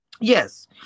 Yes